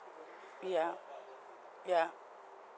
ya ya